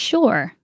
Sure